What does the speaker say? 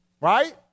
right